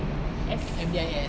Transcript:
M_D_I_S